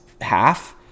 half